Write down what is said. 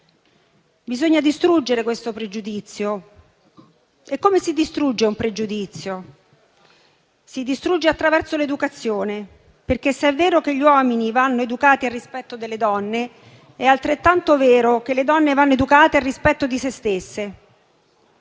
Bisogna distruggere questo pregiudizio e ciò si può fare attraverso l'educazione. Se è vero che gli uomini vanno educati al rispetto delle donne, è altrettanto vero che le donne vanno educate al rispetto di se stesse.